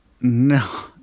No